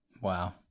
Wow